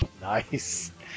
Nice